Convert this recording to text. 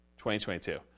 2022